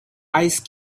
ice